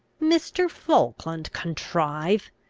mr. falkland contrive!